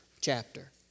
chapter